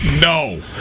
No